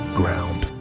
ground